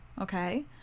okay